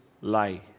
lie